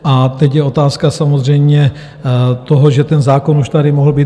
A teď je otázka samozřejmě toho, že ten zákon už tady mohl být.